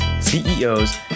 CEOs